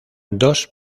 dos